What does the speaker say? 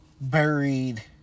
Buried